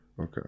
Okay